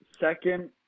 second